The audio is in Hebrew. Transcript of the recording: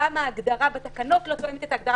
למה ההגדרה בתקנות לא תואמת את ההגדרה